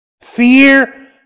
Fear